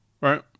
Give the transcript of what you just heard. right